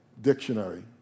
dictionary